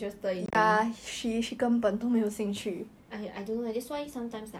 so your your sister's words 你不要把她放在心上 lor